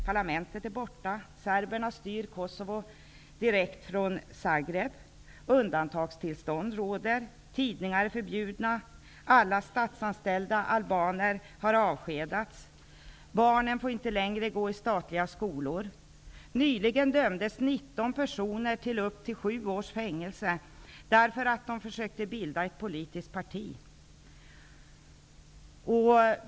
Parlamentet är borta, serberna styr Kosovo direkt från Zagrev. Undantagstillstånd råder, tidningar är förbjudna. Alla statsanställda albaner har avskedats. Barnen får inte längre gå i statliga skolor. Nyligen dömdes 19 personer till upp till sju års fängelse därför att de försökte bilda ett politiskt parti.